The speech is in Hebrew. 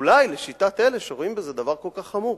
אולי, לשיטת אלה שרואים בזה דבר כל כך חמור.